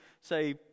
say